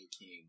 King